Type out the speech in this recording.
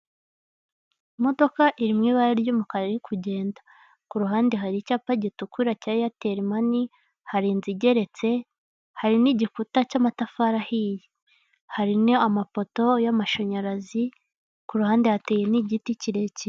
Imodoka iririmo ibara ry'umukara iri kugenda ku ruhande hari icyapa gitukura cya eyateri mani, hari inzu igeretse hari n'igikuta cy'amatafari ahiye, harimo amapoto y'amashanyarazi ku ruhande yateye n'igiti kirekire.